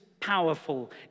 powerful